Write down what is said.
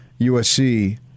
USC